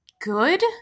good